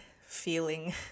feeling